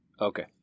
okay